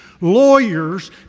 lawyers